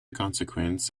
consequence